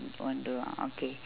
don't do ah okay